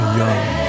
young